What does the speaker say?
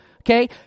Okay